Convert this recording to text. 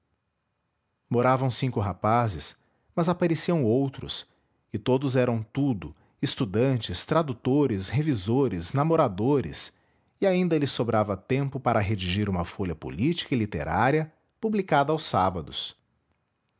moravam cinco rapazes mas apareciam outros e todos eram tudo estudantes tradutores revisores namoradores e ainda lhes sobrava tempo para redigir uma folha política e literária publicada aos sábados